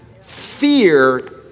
Fear